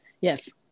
Yes